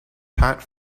pat